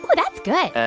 that's good.